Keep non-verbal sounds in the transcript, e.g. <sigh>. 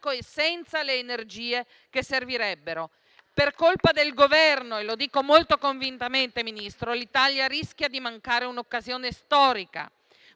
e senza le energie che servirebbero. <applause> Per colpa del Governo - lo dico molto convintamente, Ministro - l'Italia rischia di mancare un'occasione storica.